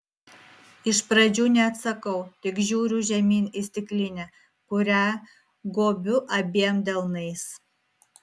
iš pradžių neatsakau tik žiūriu žemyn į stiklinę kurią gobiu abiem delnais